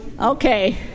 Okay